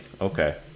Okay